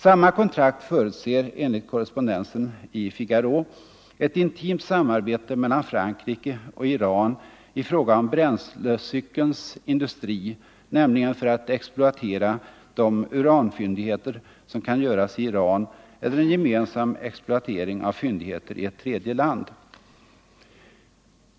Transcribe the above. Samma kontrakt förutser, enligt korrespondensen i Figaro, ett intimt samarbete mellan Frankrike och Iran i fråga om bränslecykelns industri, nämligen för att exploatera de uranfyndigheter som kan göras i Iran eller en gemensam exploatering av fyndigheter i ett tredje land.